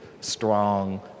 strong